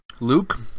Luke